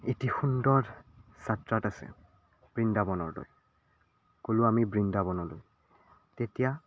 এতি সুন্দৰ যাত্ৰাত আছে বৃন্দাবনৰ দৰে গৈয়ো আমি বৃন্দাবনলৈ তেতিয়া